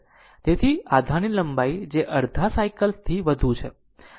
તેથી આધારની લંબાઈ જે અડધા સાયકલ થી વધુ છે